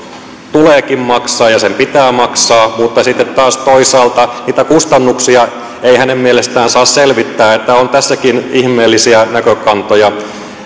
tuleekin maksaa ja sen pitää maksaa mutta sitten taas toisaalta niitä kustannuksia ei hänen mielestään saa selvittää niin että on tässäkin ihmeellisiä näkökantoja